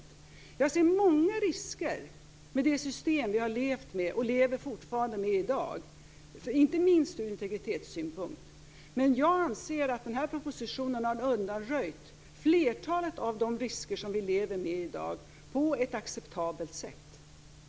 Jag ser, inte minst från integritetssynpunkt, många risker med det system vi har levt med och i dag fortfarande lever med, men jag anser att den här propositionen på ett acceptabelt sätt har undanröjt flertalet av de risker vi i dag lever med.